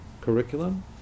curriculum